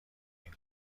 این